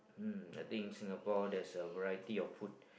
um I think Singapore there's a variety of food